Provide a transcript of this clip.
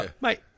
mate